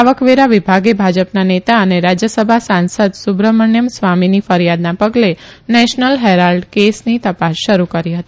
આવકવેરા વિભાગે ભાજપના નેતા અને રાજયસભા સાંસદ સુબ્રમણ્થમ સ્વામીની ફરીયાદના પગલે નેશનલ હેરાલ્ડ કેસની તપાસ શરૂ કરી હતી